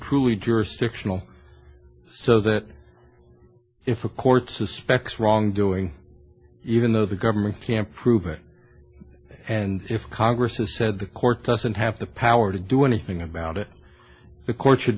jurisdictional so that if a court suspects wrongdoing even though the government can't prove it and if congress is said the court doesn't have the power to do anything about it the court should